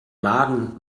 magen